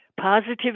Positive